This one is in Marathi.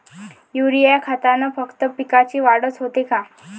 युरीया खतानं फक्त पिकाची वाढच होते का?